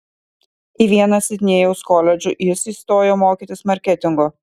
į vieną sidnėjaus koledžų jis įstojo mokytis marketingo